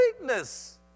weakness